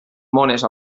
mones